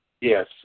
Yes